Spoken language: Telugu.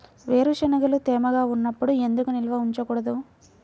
వేరుశనగలు తేమగా ఉన్నప్పుడు ఎందుకు నిల్వ ఉంచకూడదు?